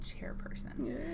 chairperson